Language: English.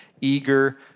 eager